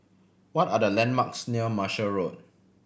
what are the landmarks near Marshall Road